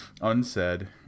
Unsaid